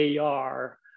AR